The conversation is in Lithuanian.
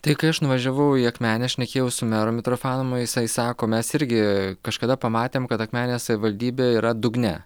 tai kai aš nuvažiavau į akmenę šnekėjau su meru mitrofanovu jisai sako mes irgi kažkada pamatėm kad akmenės savivaldybė yra dugne